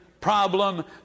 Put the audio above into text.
problem